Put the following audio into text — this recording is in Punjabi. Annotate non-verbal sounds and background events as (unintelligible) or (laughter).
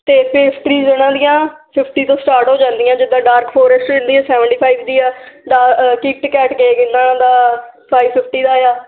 ਅਤੇ ਪੇਸਟਰੀਸ ਇਹਨਾਂ ਦੀਆਂ ਫਿਫਟੀ ਤੋਂ ਸਟਾਰਟ ਹੋ ਜਾਂਦੀਆਂ ਜਿੱਦਾਂ ਡਾਰਕ ਫੋਰੈਸਟ ਇਹਨਾਂ ਦੀ ਸੈਵਨਟੀ ਫਾਈਵ ਦੀ ਆ (unintelligible) ਕਿੱਟਕੈਟ ਕੇਕ ਇਹਨਾਂ ਦਾ ਫਾਈਵ ਫੀਫਟੀ ਦਾ ਆ